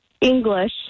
english